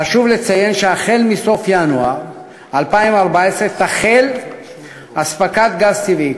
חשוב לציין שבסוף ינואר 2014 תחל אספקת גז טבעי,